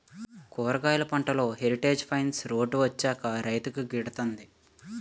కూరగాయలు పంటలో heritage fence road వచ్చాక రైతుకు గిడతంది